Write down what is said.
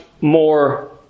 more